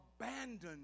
Abandoned